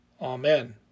Amen